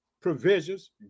provisions